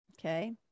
okay